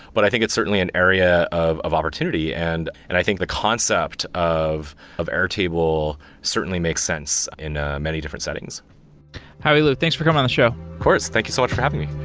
but i think it's certainly an area of of opportunity. and and i think the concept of of airtable certainly makes sense in ah many different settings howie liu, thanks for coming on the show of course. thank you so much for having me